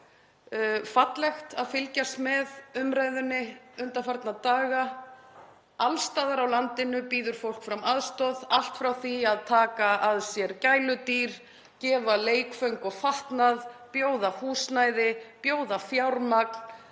fallegt að fylgjast með umræðunni undanfarna daga. Alls staðar á landinu býður fólk fram aðstoð, allt frá því að taka að sér gæludýr, gefa leikföng og fatnað, bjóða húsnæði, bjóða fjármagn,